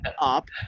up